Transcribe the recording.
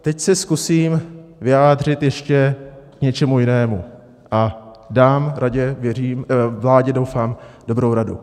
Teď se zkusím vyjádřit ještě k něčemu jinému a dám vládě, doufám, dobrou radu.